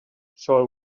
shall